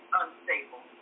unstable